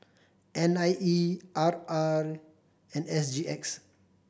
N I E I R and S G X